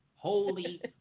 Holy